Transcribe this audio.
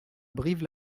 brive